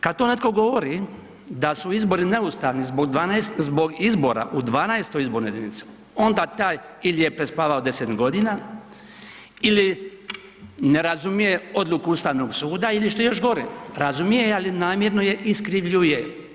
Kada to netko govori da su izbori neustavni zbog izbora u 12. izbornoj jedinici onda taj ili je prespavao 10 godina ili ne razumije odliku ustavnog suda ili što je još gore, razumije ali namjerno je iskrivljuje.